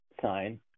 sign